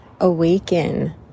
Awaken